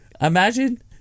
Imagine